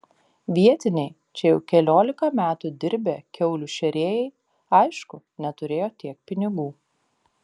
vietiniai čia jau keliolika metų dirbę kiaulių šėrėjai aišku neturėjo tiek pinigų